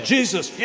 Jesus